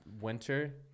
winter